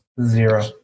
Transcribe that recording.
Zero